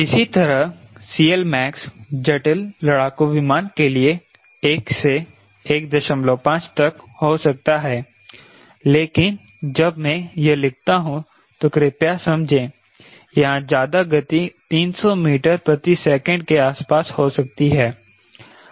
इसी तरह CLmax जटिल लड़ाकू विमान के लिए 1 से 15 तक हो सकता है लेकिन जब मैं यह लिखता हूं तो कृपया समझें यहां ज्यादा गति 300 मीटर प्रति सेकंड के आसपास हो सकती है